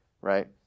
right